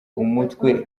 umutwe